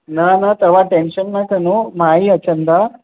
न न तव्हां टेंशन न खणो मां ई अचंदा